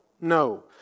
no